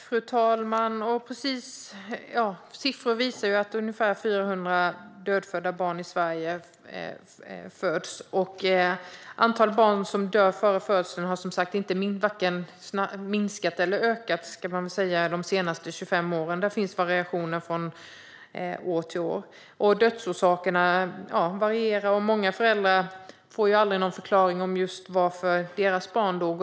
Fru talman! Siffor visar att ungefär 400 barn föds döda i Sverige varje år. Och antalet barn som dör före födseln har som sagt varken minskat eller ökat de senaste 25 åren, men det finns variationer år från år. Dödsorsakerna varierar. Många föräldrar får aldrig någon förklaring till varför just deras barn dog.